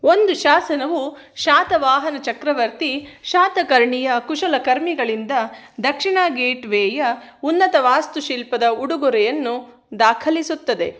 ಒಂದು ಶಾಸನವು ಶಾತವಾಹನ ಚಕ್ರವರ್ತಿ ಶಾತಕರ್ಣಿಯ ಕುಶಲಕರ್ಮಿಗಳಿಂದ ದಕ್ಷಿಣ ಗೇಟ್ವೇಯ ಉನ್ನತ ವಾಸ್ತುಶಿಲ್ಪದ ಉಡುಗೊರೆಯನ್ನು ದಾಖಲಿಸುತ್ತದೆ